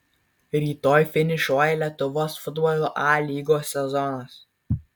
rytoj finišuoja lietuvos futbolo a lygos sezonas